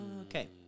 Okay